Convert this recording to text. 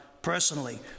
personally